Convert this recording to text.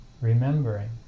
remembering